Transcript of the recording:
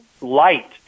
light